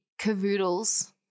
Cavoodles